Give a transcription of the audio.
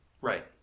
Right